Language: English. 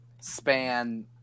span